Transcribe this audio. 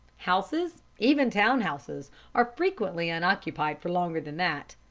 houses even town houses are frequently unoccupied for longer than that.